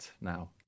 now